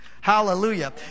hallelujah